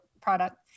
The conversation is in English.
product